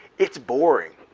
it's boring,